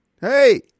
hey